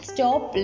Stop